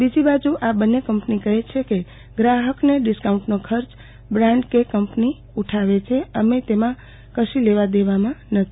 બીજીબાજુ આ બંને કંપની કહે છે કે ગ્રાહકને ડિસ્કાઉન્ટનો ખર્ચ બ્રાન્ડ કે કંપની ઉઠાવે છે અમારે તેમાં કશી લેવા દેવા નથી